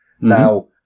Now